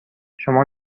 شما